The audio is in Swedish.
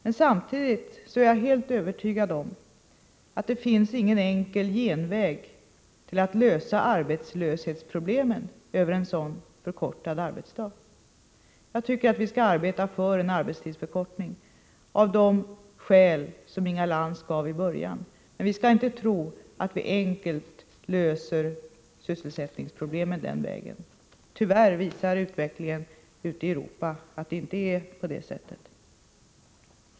Men samtidigt är jag helt övertygad om att det inte finns någon enkel genväg över en sådan förkortad arbetsdag för att lösa arbetslöshetsproblemen. Jag tycker att vi skall arbeta för en arbetstidsförkortning av de skäl som Inga Lantz gav i början av sitt anförande. Men vi skall inte tro att vi enkelt löser sysselsättningsproblemen den vägen. Tyvärr visar utvecklingen ute i Europa att det inte är så.